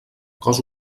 cos